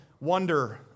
wonder